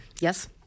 Yes